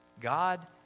God